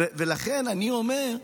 ולכן אני אומר,